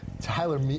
Tyler